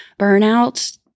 burnout